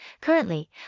currently